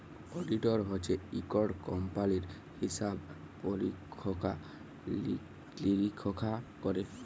auditor হছে ইকট কম্পালির হিসাব পরিখ্খা লিরিখ্খা ক্যরে